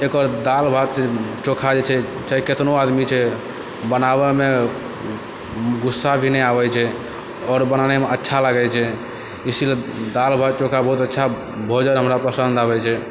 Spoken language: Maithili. एकर दाल भात चोखा जे छै चाहे कतनो आदमी छै बनाबैमे गुस्सा भी नहि आबै छै आओर बनानेमे अच्छा लागै छै इसीलिए दाल भात चोखा बहुत अच्छा भोजन हमरा पसन्द आबै छै